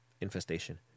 infestation